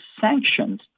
sanctions